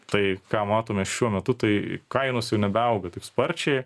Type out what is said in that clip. tai ką matome šiuo metu tai kainos jau nebeauga taip sparčiai